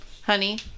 honey